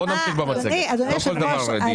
בואו נמשיך במצגת, לא על כל דבר צריך דיון.